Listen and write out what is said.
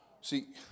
See